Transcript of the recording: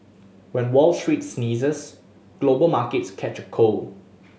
when Wall Street sneezes global markets catch a cold